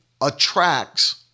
attracts